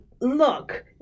look